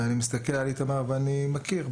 אני מסתכל על איתמר ואני מכיר,